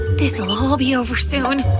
this'll all be over soon.